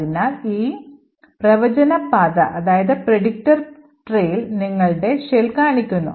അതിനാൽ ഈ പ്രവചന പാത നിങ്ങളുടെ ഷെൽ കാണിക്കുന്നു